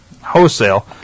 wholesale